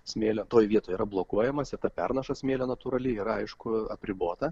smėlio toj vietoj yra blokuojamas ta pernaša smėlio natūrali ir aišku apribota